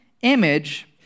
image